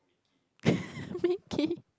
Mickey